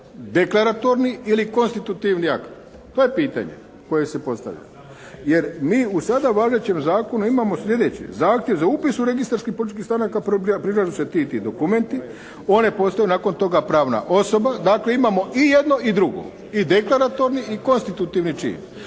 deklaratorni ili konstitutivni akt, to je pitanje koje se postavlja. Jer mi u sada važećem zakonu imamo sljedeće. Zahtjev za upis u registar političkih stranaka prilažu se ti i ti dokumenti, one postaju nakon toga pravna osoba, dakle imamo i jedno i drugo, i deklaratorni i konstitutivni čin.